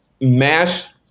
mass